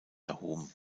erhoben